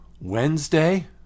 Wednesday